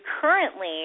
currently